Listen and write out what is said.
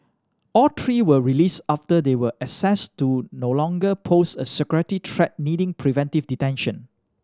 all three were released after they were assessed to no longer pose a security threat needing preventive detention